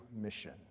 mission